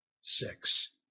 six